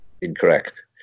Incorrect